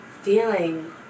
feeling